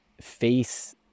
face